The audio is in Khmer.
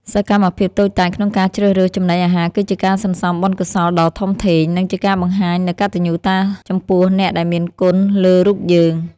សកម្មភាពតូចតាចក្នុងការជ្រើសរើសចំណីអាហារគឺជាការសន្សំបុណ្យកុសលដ៏ធំធេង និង ជាការបង្ហាញនូវកតញ្ញូតាចំពោះអ្នកដែលមានគុណលើរូបយើង។